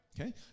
Okay